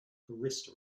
barista